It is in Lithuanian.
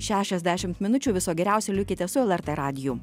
šešiasdešimt minučių viso geriausio likite su lrt radiju